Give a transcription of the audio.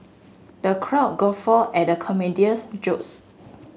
the crowd guffawed at the comedian's jokes